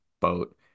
boat